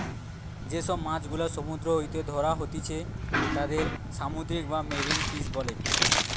যে সব মাছ গুলা সমুদ্র হইতে ধ্যরা হতিছে তাদির সামুদ্রিক বা মেরিন ফিশ বোলে